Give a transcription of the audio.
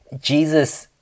Jesus